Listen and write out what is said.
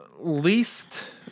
Least